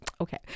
okay